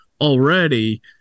already